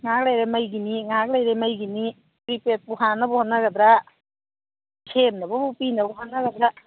ꯉꯥꯏꯍꯥꯛ ꯂꯩꯔ ꯃꯩꯒꯤꯅꯤ ꯉꯥꯏꯍꯥꯛ ꯂꯩꯔ ꯃꯩꯒꯤꯅꯤ ꯄ꯭ꯔꯤꯄꯦꯠꯄꯨ ꯍꯥꯟꯅꯕ ꯍꯣꯠꯅꯒꯗ꯭ꯔꯥ ꯁꯦꯝꯅꯕꯕꯨ ꯄꯤꯅꯕ ꯍꯣꯠꯅꯒꯗ꯭ꯔꯥ